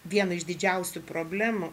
vieną iš didžiausių problemų